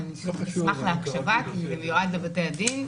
אשמח להקשבה כי זה מיועד לבתי הדין,